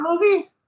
movie